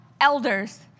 elders